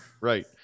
right